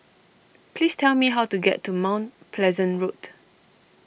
please tell me how to get to Mount Pleasant Road